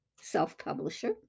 self-publisher